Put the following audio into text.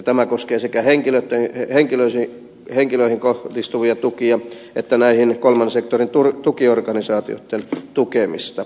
tämä koskee sekä henkilö tai henkilö se henkilö henkilöihin kohdistuvia tukia että kolmannen sektorin tukiorganisaatioitten tukemista